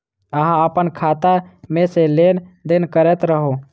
अहाँ अप्पन खाता मे सँ लेन देन करैत रहू?